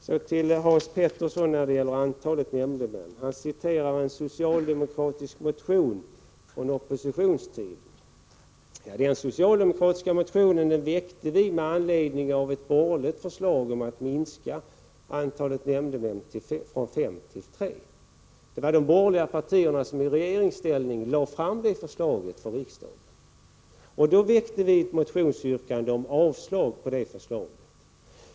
Så till Hans Petersson i Röstånga när det gäller antalet nämndemän. Hans Petersson talade om en socialdemokratisk motion från den socialdemokratiska oppositionstiden. Denna motion väckte vi med anledning av ett borgerligt förslag om att minska antalet nämndemän från fem till tre. Det var de borgerliga partierna som i regeringsställning lade fram det förslaget för riksdagen. Då lade vi fram ett motionsyrkande om avslag på det förslaget.